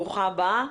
ברוכה הבאה.